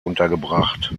untergebracht